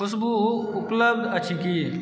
खुशबु उपलब्ध अछि की